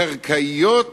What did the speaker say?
קרקעיות